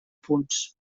punts